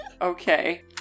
Okay